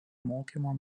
mokymo